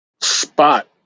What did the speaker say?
spot